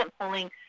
polling